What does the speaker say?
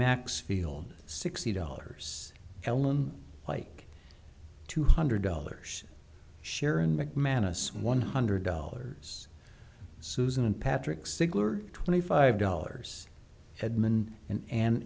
maxfield sixty dollars ellen like two hundred dollars sharon mcmanus one hundred dollars susan and patrick sigler twenty five dollars edmond and an